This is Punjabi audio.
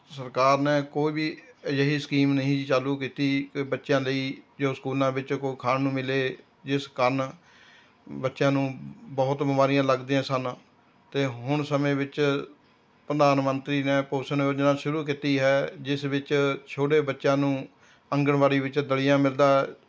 ਸਰਕਾਰ ਨੇ ਕੋਈ ਵੀ ਅਜਿਹੀ ਸਕੀਮ ਨਹੀਂ ਚਾਲੂ ਕੀਤੀ ਅਤੇ ਬੱਚਿਆ ਲਈ ਜੋ ਸਕੂਲਾਂ ਵਿੱਚ ਕੁਝ ਖਾਣ ਨੂੰ ਮਿਲੇ ਜਿਸ ਕਾਰਨ ਬੱਚਿਆਂ ਨੂੰ ਬਹੁਤ ਬਿਮਾਰੀਆਂ ਲੱਗਦੀਆਂ ਸਨ ਅਤੇ ਹੁਣ ਸਮੇਂ ਵਿੱਚ ਪ੍ਰਧਾਨ ਮੰਤਰੀ ਨੇ ਪੋਸ਼ਣ ਯੋਜਨਾ ਸ਼ੁਰੂ ਕੀਤੀ ਹੈ ਜਿਸ ਵਿੱਚ ਛੋਟੇ ਬੱਚਿਆਂ ਨੂੰ ਆਂਗਣਵਾੜੀ ਵਿੱਚ ਦਲੀਆ ਮਿਲਦਾ ਹੈ